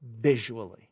visually